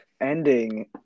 ending